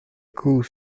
coup